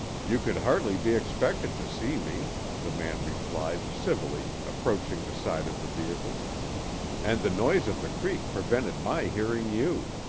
you could hardly be expected to see me, the man replied, civilly, approaching the side of the vehicle and the noise of the creek prevented my hearing you.